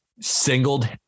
singled